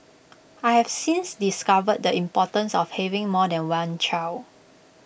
I have since discovered the importance of having more than one child